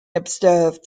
observed